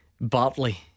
Bartley